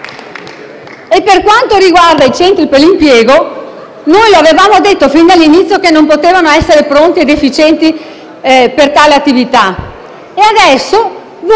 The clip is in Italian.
Per quanto riguarda poi i centri per l'impiego, avevamo detto fin dall'inizio che non potevano essere pronti ed efficienti per svolgere tale attività e adesso siete